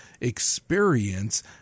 experience